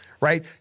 right